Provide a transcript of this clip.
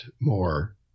more